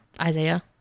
Isaiah